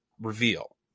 reveal